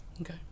Okay